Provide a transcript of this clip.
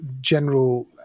general